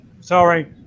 sorry